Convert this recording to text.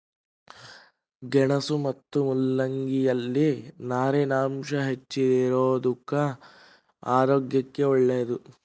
ಗೆಣಸು ಮತ್ತು ಮುಲ್ಲಂಗಿ ಯಲ್ಲಿ ನಾರಿನಾಂಶ ಹೆಚ್ಚಿಗಿರೋದುಕ್ಕ ಆರೋಗ್ಯಕ್ಕೆ ಒಳ್ಳೇದು